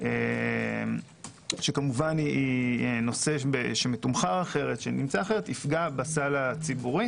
שכמובן היא נושא שמתומחר אחרת, נפגע בסל הציבורי.